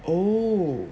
oh